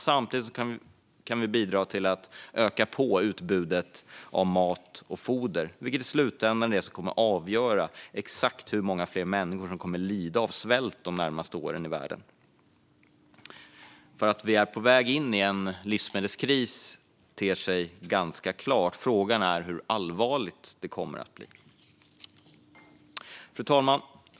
Samtidigt kan vi bidra till att öka utbudet av mat och foder, vilket i slutändan är det som kommer att avgöra hur många fler människor som kommer att lida av svält de närmaste åren i världen. Att vi är på väg in i en livsmedelskris ter sig ganska klart. Frågan är hur allvarlig den kommer att bli. Fru talman!